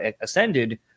ascended